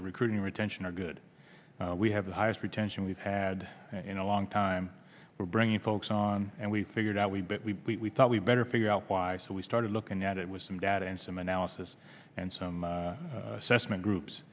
the recruiting retention are good we have the highest retention we've had in a long time we're bringing folks on and we figured out we but we thought we'd better figure out why so we started looking at it with some data and some analysis and some sesame groups